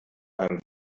einem